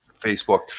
Facebook